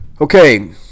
Okay